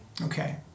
Okay